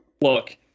look